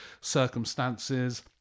circumstances